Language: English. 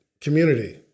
community